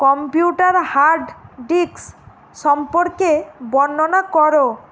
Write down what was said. computer hard disk সম্পর্কে বর্ণনা করো